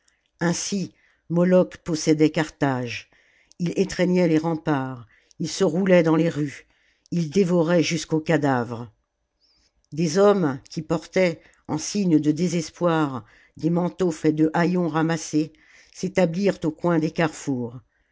ainsi moloch possédait carthage il étreignait les remparts il se roulait dans les rues il dévorait jusqu'aux cadavres des hommes qui portaient en signe de désespoir des manteaux faits de haillons ramassés s'étabhrent au coin des carrefours